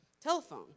telephone